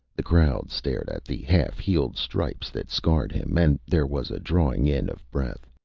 the crowd stared at the half healed stripes that scarred him, and there was a drawing in of breath.